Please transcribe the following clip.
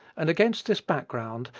and against this background,